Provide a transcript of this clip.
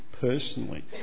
personally